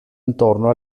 intorno